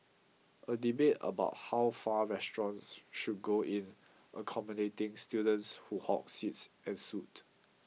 a debate about how far restaurants should go in accommodating students who hog seats ensued